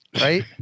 right